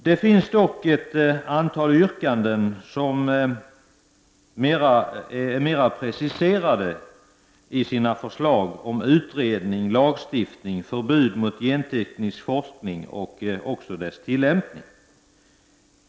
Det finns dock ett antal yrkanden med mera preciserade förslag om utredning, lagstiftning, förbud mot genteknisk forskning och även mot dess tillämpning.